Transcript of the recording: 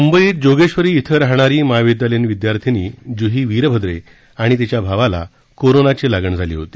म्ंबईत जोगेश्वरी हथं राहणारी महाविद्यालयीन विद्यार्थी ज्ही विरभद्रे आणि तिच्या भावाला कोरोनाची लागण झाली होती